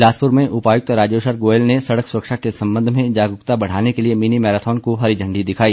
बिलासपुर में उपायुक्त राजेश्वर गोयल ने सड़क सुरक्षा के संबंध में जागरूकता बढ़ाने के लिए मिनी मैराथन को हरी झण्डी दिखाई